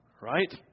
Right